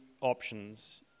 options